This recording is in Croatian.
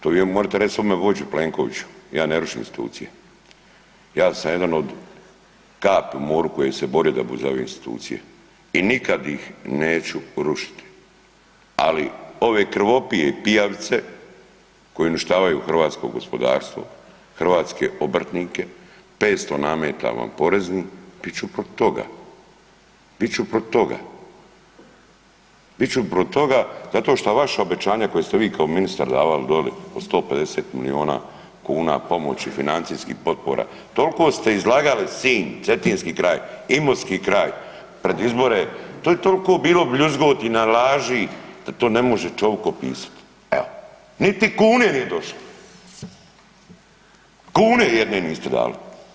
To vi morete reć svom vođi Plenkoviću, ja ne rušim institucije, ja sam jedan od kapi u moru koji se bore za ove institucije i nikad ih neću rušiti, ali ove krvopije i pijavice koje uništavaju hrvatsko gospodarstvo, hrvatske obrtnike, 500 nameta vanporeznih, bit ću protiv toga, bit ću protiv toga, bit ću protiv toga zato šta vaša obećanja koja ste vi kao ministar davali doli po 150 milijona kuna pomoći financijskih potpora, toliko ste izlagali Sinj, cetinski kraj, imotski kraj pred izbore, to je tolko bilo bljuzgotina i laži da to ne može čovik opisat, evo niti kune nije došlo, kune jedne niste dali.